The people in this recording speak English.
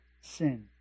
sin